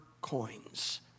coins